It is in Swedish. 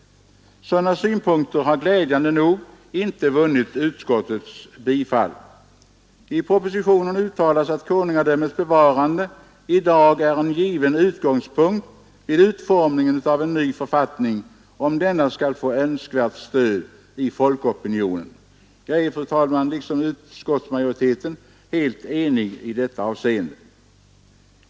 Sådana synpunkter har glädjande nog inte vunnit utskottets bifall. I propositionen uttalas att konungadömets bevarande i dag är en given utgångspunkt vid utformningen av en ny författning, om denna skall få önskvärt stöd i folkopinionen. Jag är, fru talman, helt överens med utskottsmajoriteten i detta avseende.